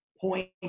point